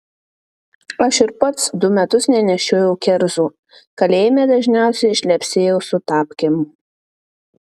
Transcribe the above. aš ir pats du metus nenešiojau kerzų kalėjime dažniausiai šlepsėjau su tapkėm